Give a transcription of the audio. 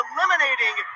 Eliminating